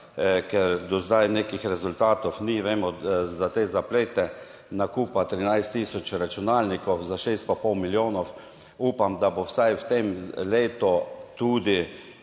ker do zdaj nekih rezultatov ni. Vemo za te zaplete nakupa 13000 računalnikov za šest in pol milijonov. upam, da bo vsaj v tem letu tudi